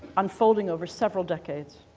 unfolding over several decades,